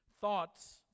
thoughts